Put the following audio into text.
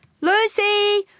Lucy